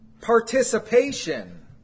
participation